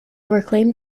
reclaimed